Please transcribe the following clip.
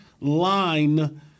line